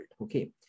okay